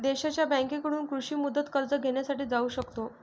देशांच्या बँकांकडून कृषी मुदत कर्ज घेण्यासाठी जाऊ शकतो